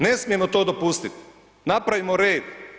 Ne smijemo to dopustiti, napravimo red.